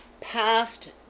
past